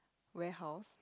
warehouse